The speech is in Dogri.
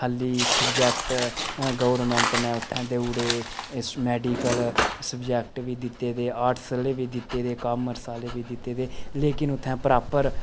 खाल्ली सब्जेक्ट गौरमेंट नै उत्थें देई ओड़े मेडिकल सब्जेक्ट बी दित्ते दे ते आर्टस आह्ले बी दित्ते दे कामर्स आह्ले बी दित्ते दे लेकिन उत्थें प्रापर